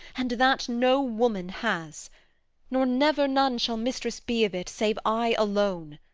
and that no woman has nor never none shall mistress be of it, save i alone.